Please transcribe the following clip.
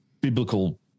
biblical